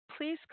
please